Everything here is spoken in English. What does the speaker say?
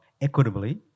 equitably